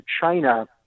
China